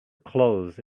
clothes